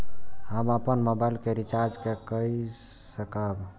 हम अपन मोबाइल के रिचार्ज के कई सकाब?